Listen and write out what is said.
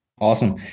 awesome